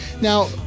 Now